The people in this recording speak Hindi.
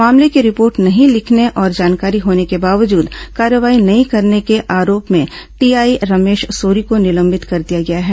मामले की रिपोर्ट नहीं लिखने और जानकारी होने के बावजूद कार्रवाई नहीं करने के आरोप में टीआई रमेश सोरी को निलंबित कर दिया गया है